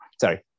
sorry